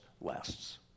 lasts